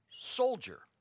soldier